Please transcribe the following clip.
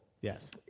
Yes